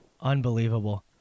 Unbelievable